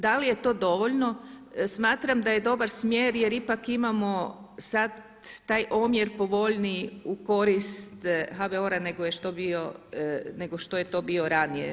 Da li je to dovoljno, smatram da je dobar smjer jer ipak imamo sada taj omjer povoljniji u korist HBOR-a nego što je to bio ranije.